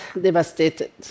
devastated